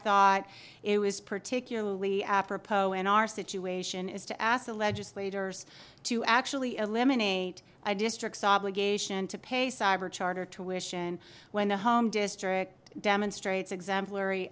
thought it was particularly apropos in our situation is to ask the legislators to actually eliminate a district saw obligation to pay cyber charter tuition when the home district demonstrates exemplary